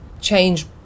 Change